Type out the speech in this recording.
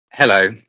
Hello